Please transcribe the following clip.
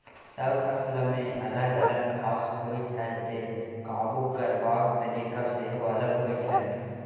सब फसलमे अलग अलग घास होइ छै तैं काबु करबाक तरीका सेहो अलग होइ छै